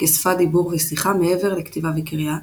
כשפת דיבור ושיחה, מעבר לכתיבה וקריאה,